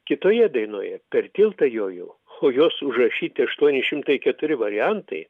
kitoje dainoje per tiltą jojau o jos užrašyti aštuoni šimtai keturi variantai